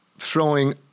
throwing